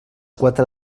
quatre